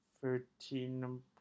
thirteen